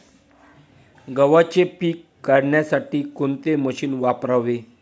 गव्हाचे पीक काढण्यासाठी कोणते मशीन वापरावे?